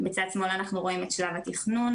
בצד שמאל אנחנו רואים את שלב התכנון,